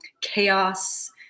chaos